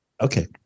Okay